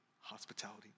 hospitality